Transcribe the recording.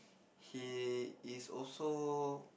he is also